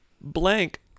blank